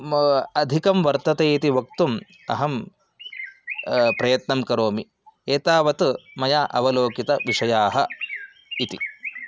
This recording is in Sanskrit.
म् अधिकं वर्तते इति वक्तुम् अहं प्रयत्नं करोमि एतावत् मया अवलोकितविषयाः इति